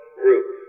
group